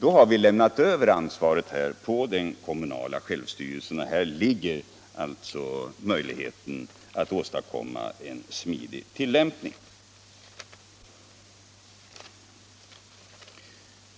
Vi har lämnat över ansvaret till den kommunala självstyrelsen, och här finns alltså möjligheter för kommunerna att åstadkomma en smidig tillämpning.